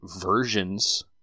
versions